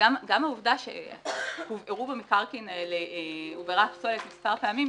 גם העובדה שהובערו במקרקעין האלה הובלת פסולת מספר פעמים,